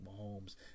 Mahomes